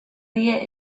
die